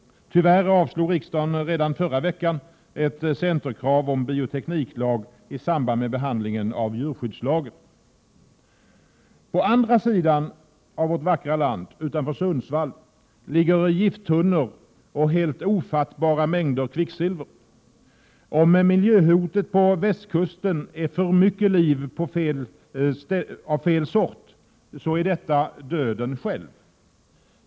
Tyvärr avslog Prot. 1987/88:134 riksdagen redan förra veckan i samband med behandlingen av djurskyddsla 6 juni 1988 gen ett centerkrav om en biotekniklag. På andra sidan av vårt vackra land, utanför Sundsvall, ligger gifttunnor och helt ofattbara mängder kvicksilver. Om miljöhotet på västkusten består i för mycket liv av fel sort, är detta döden själv.